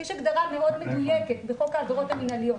יש הגדרה מאוד מדויקת בחוק העבירות המנהליות.